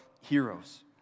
heroes